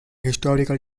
historical